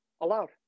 Allowed